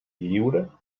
lliure